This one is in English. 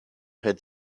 had